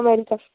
America